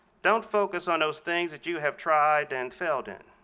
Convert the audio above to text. don't focus on those things that you have tried and failed in.